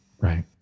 Right